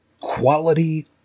quality